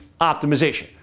optimization